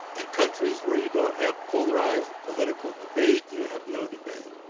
in countries where you don't have polarized political debate, you have no debate.